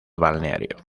balneario